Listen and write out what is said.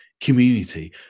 community